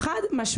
נ.פ: חד משמעית.